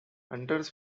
hunters